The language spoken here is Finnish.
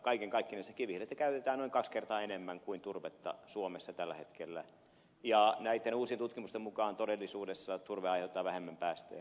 kaiken kaikkinensa kivihiiltä käytetään noin kaksi kertaa enemmän kuin turvetta suomessa tällä hetkellä ja näitten uusien tutkimusten mukaan todellisuudessa turve aiheuttaa vähemmän päästöjä